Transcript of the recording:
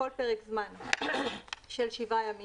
בכל פרק זמן של 7 ימים,